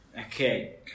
Okay